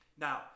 Now